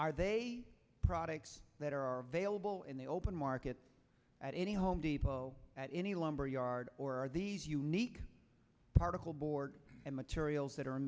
are they products that are available in the open market at any home depot at any lumber yard or are these unique particle board and materials that are